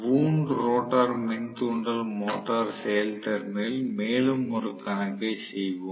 wound rotor மின் தூண்டல் மோட்டரின் செயல்திறனில் மேலும் ஒரு கணக்கை செய்வோம்